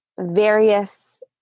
various